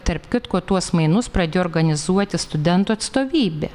tarp kitko tuos mainus pradėjo organizuoti studentų atstovybė